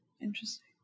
Interesting